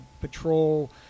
patrol